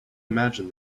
imagine